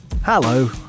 Hello